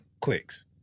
clicks